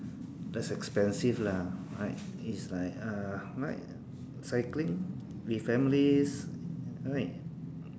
less expensive lah right it's like uh right cycling with families right